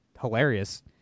Hilarious